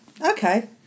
Okay